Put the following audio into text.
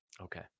Okay